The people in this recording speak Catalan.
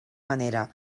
manera